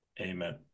Amen